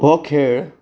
हो खेळ